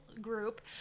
group